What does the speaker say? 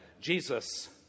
Jesus